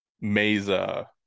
Mesa